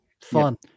Fun